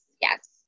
Yes